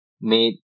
made